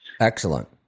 Excellent